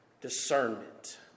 discernment